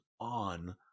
on